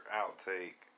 outtake